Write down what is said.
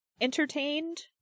entertained